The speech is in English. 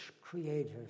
creative